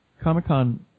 Comic-Con